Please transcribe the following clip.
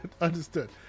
understood